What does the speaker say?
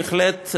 בהחלט,